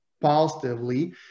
positively